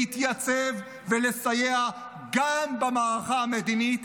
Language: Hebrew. להתייצב ולסייע גם במערכה המדינית